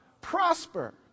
prosper